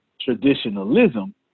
traditionalism